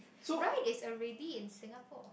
right there's a ready in Singapore